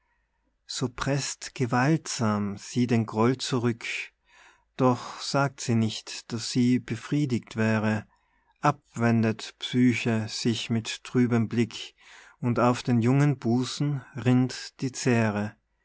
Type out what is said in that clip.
so preßt gewaltsam sie den groll zurück doch sagt sie nicht daß sie befriedigt wäre abwendet psyche sich mit trübem blick und auf den jungen busen rinnt die zähre